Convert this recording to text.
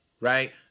right